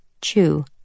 chew